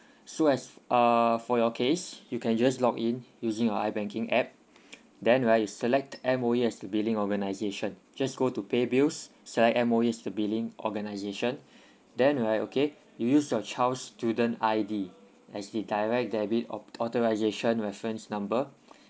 so as uh for your case you can just log in using your i banking app then right you select M_O_E as the billing organisation just go to pay bills select M_O_E as the billing organisation then right okay you use your child student I_D as the direct debit op~ authorisation reference number